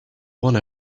one